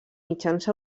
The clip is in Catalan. mitjans